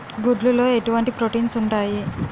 గుడ్లు లో ఎటువంటి ప్రోటీన్స్ ఉంటాయి?